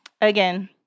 again